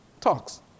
talks